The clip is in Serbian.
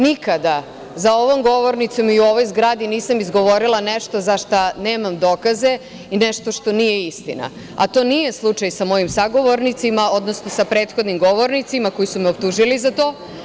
Nikada za ovom govornicom i u ovoj zgradi nisam izgovorila nešto zašta nemam dokaze i nešto što nije istina, a to nije slučaj sa mojim sagovornicima, odnosno sa prethodnim govornicima koji su me optužili za to.